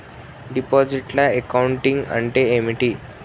Departmental accounting అంటే ఏమిటి?